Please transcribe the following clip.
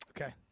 Okay